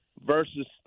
versus